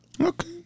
Okay